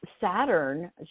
Saturn